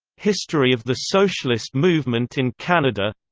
history of the socialist movement in canada